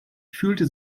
fühlte